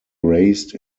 raised